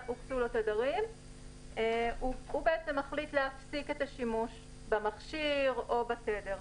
לו תדרים והוא מחליט להפסיק את השימוש במכשיר או בתדר.